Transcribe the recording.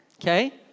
okay